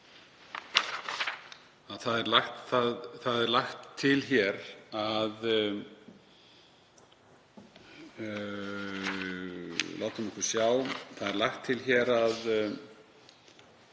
Það er lagt til hér að